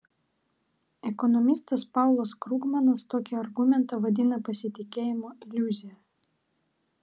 ekonomistas paulas krugmanas tokį argumentą vadina pasitikėjimo iliuzija